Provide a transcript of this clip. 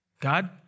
God